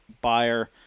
buyer